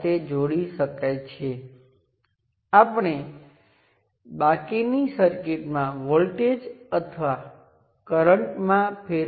તેથી આખરે હું માત્ર N સર્કિટનું જ મોડેલિંગ કરું છું